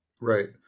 Right